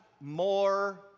more